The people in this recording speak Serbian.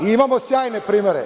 Imamo sjajne primere.